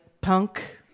punk